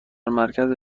مرکز